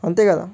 అంతే కదా